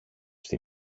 στη